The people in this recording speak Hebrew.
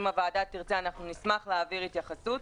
אם הוועדה תרצה אנחנו נשמח להעביר התייחסות.